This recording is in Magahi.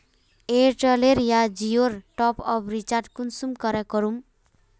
एयरटेल या जियोर टॉपअप रिचार्ज कुंसम करे करूम?